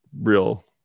real